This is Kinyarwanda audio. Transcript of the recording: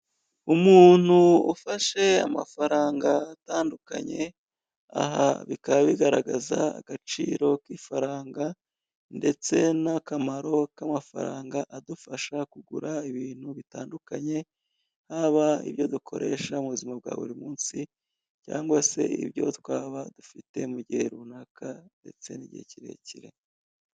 Umuntu ufashe amafaranga atandukanye aha bikaba bigaragaza agaciro k'ifaranga ndetse n'akamaro k'amafaranga adufasha kugura ibintu bitandukanye, haba ibyo dukoresha mu buzima bwa buri munsi cyangwa se ibyo twaba dufite mu gihe runaka ndetse n'igihe kirekire.